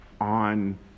on